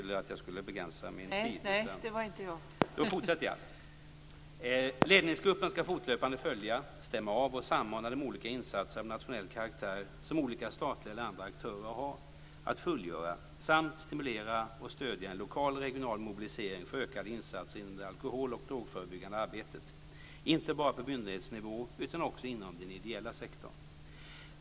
Ledningsgruppen ska fortlöpande följa, stämma av och samordna de olika insatser av nationell karaktär som olika statliga eller andra aktörer har att fullgöra samt stimulera och stödja en lokal och regional mobilisering för ökade insatser inom det alkohol och drogförebyggande arbetet, inte bara på myndighetsnivå utan också inom den ideella sektorn.